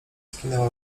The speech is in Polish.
skinęła